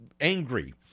angry